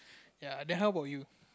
ya then how about you